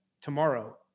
tomorrow